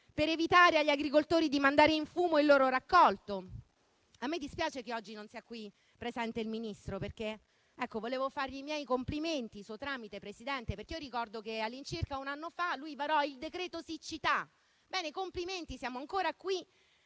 per evitare agli agricoltori di mandare in fumo il loro raccolto. A me dispiace che oggi non sia qui presente il Ministro, perché volevo fargli i miei complimenti per suo tramite, Presidente, perché ricordo che all'incirca un anno fa lui varò il decreto siccità. Bene, complimenti: siamo ancora qui